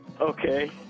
Okay